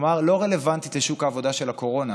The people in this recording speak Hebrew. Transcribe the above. כלומר לא רלוונטית לשוק העבודה של הקורונה.